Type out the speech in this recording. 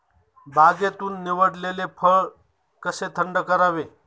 बागेतून निवडलेले फळ कसे थंड करावे?